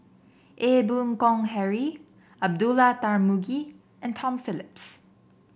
Ee Boon Kong Henry Abdullah Tarmugi and Tom Phillips